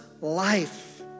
life